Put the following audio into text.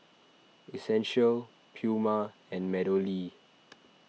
Essential Puma and MeadowLea